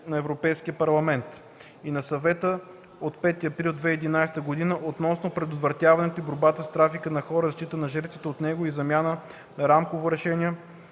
на Европейския парламент и на Съвета от 5 април 2011 г. относно предотвратяването и борбата с трафика на хора и защитата на жертвите от него и замяна на Рамково решение